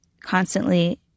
constantly